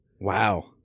Wow